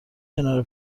کنار